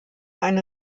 eine